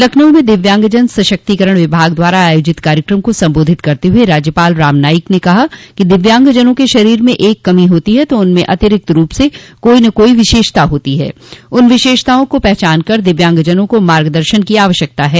लखनऊ में दिव्यांगजन सशक्तिकरण विभाग द्वारा आयोजित कार्यक्रम को संबोधित करते हुए राज्यपाल राम नाईक ने कहा कि दिव्यांगजनों के शरीर में एक कमी होती है तो उनमें अतिरिक्त रूप से कोई न कोई विशेषता होती है उन विशेषताओं को पहचान कर दिव्यांगजनों को मार्ग दर्शन की आवश्यकता है